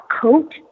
coat